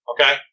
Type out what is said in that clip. okay